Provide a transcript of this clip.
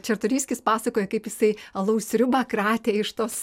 čartoriskis pasakojo kaip jisai alaus sriubą kratė iš tos